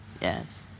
Yes